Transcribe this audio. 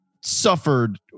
suffered